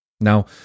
Now